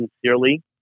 sincerely